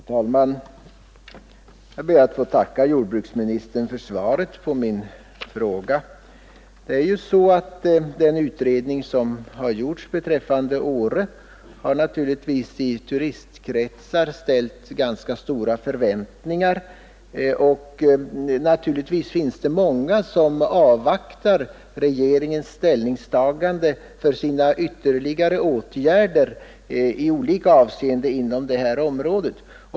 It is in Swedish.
Herr talman! Jag ber att få tacka jordbruksministern för svaret på min fråga. Den utredning som har gjorts beträffande Åre har naturligtvis väckt ganska stora förväntningar i turistkretsar, och många avvaktar regeringens ställningstagande innan de vidtar ytterligare åtgärder i olika avseenden inom detta område.